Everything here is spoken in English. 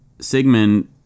Sigmund